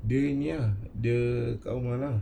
dia ini ah dia kat rumah lah